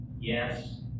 yes